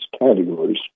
categories